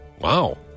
Wow